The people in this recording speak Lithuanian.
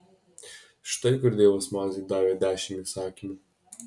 štai kur dievas mozei davė dešimt įsakymų